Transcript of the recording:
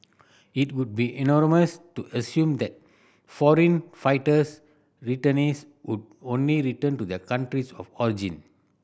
it would be to assume that foreign fighters returnees would only return to their countries of origin